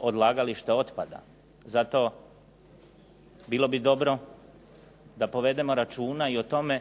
odlagalište otpada. Zato bilo bi dobro da povedemo računa i o tome,